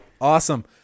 Awesome